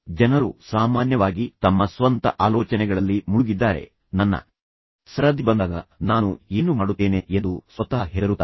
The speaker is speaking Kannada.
ಜನರು ಸಾಮಾನ್ಯವಾಗಿ ತಮ್ಮ ಸ್ವಂತ ಆಲೋಚನೆಗಳಲ್ಲಿ ಮುಳುಗಿದ್ದಾರೆ ನನ್ನ ಸರದಿ ಬಂದಾಗ ನಾನು ಏನು ಮಾಡುತ್ತೇನೆ ಎಂದು ಸ್ವತಃ ಹೆದರುತ್ತಾರೆ